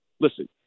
listen